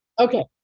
Okay